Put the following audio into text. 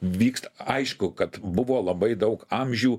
vyksta aišku kad buvo labai daug amžių